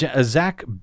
Zach